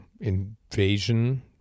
Invasion